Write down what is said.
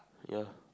ya